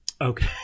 Okay